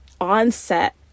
onset